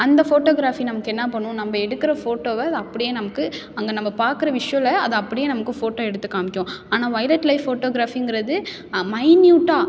அந்த ஃபோட்டோகிராஃபி நமக்கு என்ன பண்ணும் நம்ம எடுக்கிற ஃபோட்டோவை அதை அப்படியே நமக்கு அங்கே நம்ம பார்க்கற விஷுவலை அதை அப்படியே நமக்கு ஃபோட்டோ எடுத்து காண்மிக்கும் ஆனால் வொய்லெட் லைஃப் ஃபோட்டோகிராஃபிங்கிறது மைன்யூட்டாக